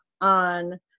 on